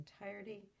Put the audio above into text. entirety